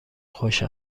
خوش